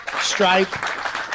strike